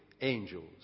angels